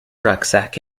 rucksack